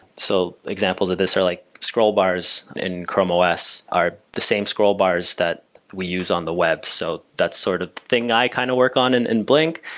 so examples of this are like scroll bars in chrome os, are the same scroll bars that we use on the web, so that's the sort of thing i kind of work on in in blink,